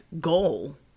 goal